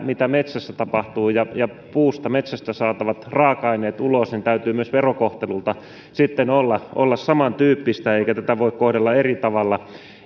mitä metsässä tapahtuu ja ja puusta metsästä ulos saatavien raaka aineiden täytyy myös verokohtelultaan olla olla samantyyppistä eikä tätä voi kohdella eri tavalla